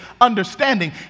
understanding